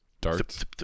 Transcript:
darts